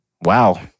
Wow